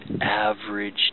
average